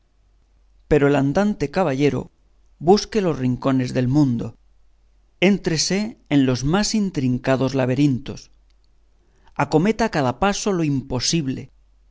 pero el andante caballero busque los rincones del mundo éntrese en los más intricados laberintos acometa a cada paso lo imposible